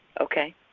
Okay